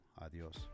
Adios